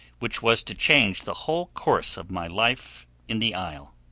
which was to change the whole course of my life in the isle.